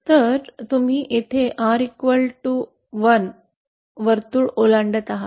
तर तुम्ही येथे R1 वर्तुळ ओलांडत आहात